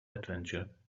adventure